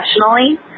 professionally